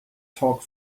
talk